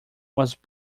was